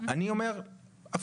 אני אומר הפוך